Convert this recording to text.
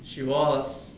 she was